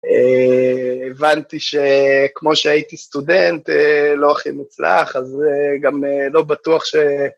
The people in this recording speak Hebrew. הבנתי שכמו שהייתי סטודנט, לא הכי מוצלח, אז גם לא בטוח ש...